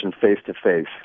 face-to-face